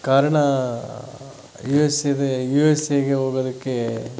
ಕಾರಣ U S ಎಗೆ U S ಎಗೆ ಹೋಗೋದಿಕ್ಕೆ